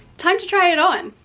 time to try it on.